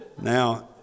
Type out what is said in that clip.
Now